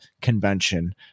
convention